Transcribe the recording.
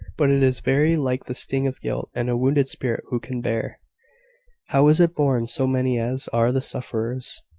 but it is very like the sting of guilt and a wounded spirit who can bear how is it borne so many as are the sufferers,